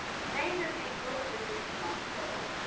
strangers made pilgrimages to monticello.